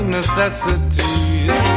necessities